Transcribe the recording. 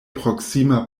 proksima